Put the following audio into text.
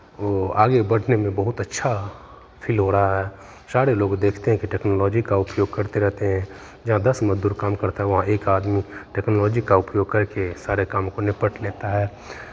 वो आगे बढ़ने में बहुत अच्छा फील हो रहा है सारे लोग देखते हैं कि टेक्नोलोजी का उपयोग करते रहते हैं जहां दस मज़दूर काम करता है वहाँ एक आदमी टेक्नोलोजी का उपयोग करके सारे काम को निपट लेता है